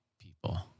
people